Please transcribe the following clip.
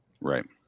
Right